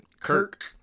Kirk